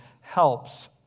helps